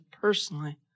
personally